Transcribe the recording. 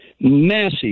Massive